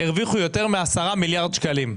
הרוויחו יותר מ-10 מיליארד שקלים,